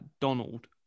Donald